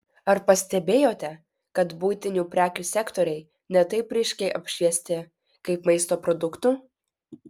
ar pastebėjote kad buitinių prekių sektoriai ne taip ryškiai apšviesti kaip maisto produktų